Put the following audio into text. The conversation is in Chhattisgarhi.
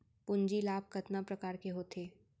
पूंजी लाभ कतना प्रकार के होथे?